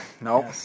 Nope